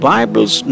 Bibles